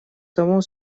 тому